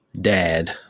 dad